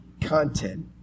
content